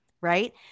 right